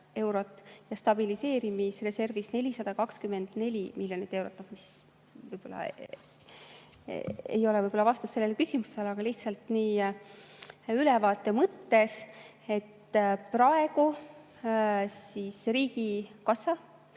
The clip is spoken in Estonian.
ja stabiliseerimisreservis 424 miljonit eurot. See ei ole võib-olla vastus sellele küsimusele, aga lihtsalt nii ülevaate mõttes. Praegu riigikassa